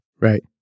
Right